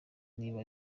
niba